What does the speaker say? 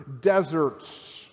deserts